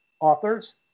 authors